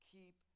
Keep